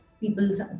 people's